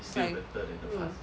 then mm